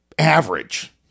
average